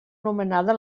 nomenada